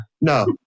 No